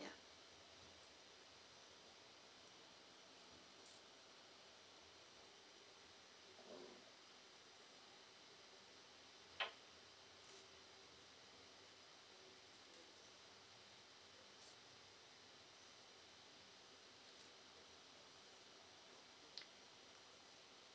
ya